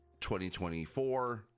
2024